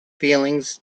feelings